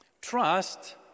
Trust